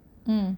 mm